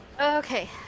Okay